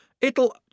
It'll